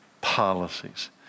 policies